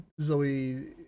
Zoe